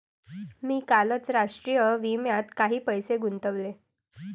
मी कालच राष्ट्रीय विम्यात काही पैसे गुंतवले